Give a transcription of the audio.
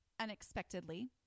unexpectedly